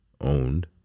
owned